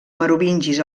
merovingis